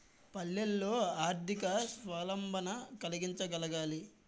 పల్లెల్లో ఆర్థిక స్వావలంబన కలిగించగలగాలి